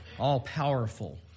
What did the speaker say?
all-powerful